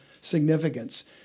significance